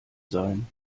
sein